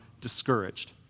discouraged